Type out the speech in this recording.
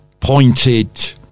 Pointed